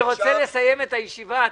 אני רוצה לסיים את הישיבה,